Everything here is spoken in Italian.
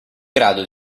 grado